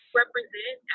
represent